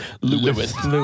Lewis